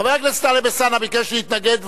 חבר הכנסת טלב אלסאנע ביקש להתנגד,